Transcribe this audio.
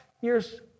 years